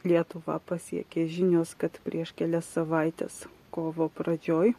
lietuvą pasiekė žinios kad prieš kelias savaites kovo pradžioj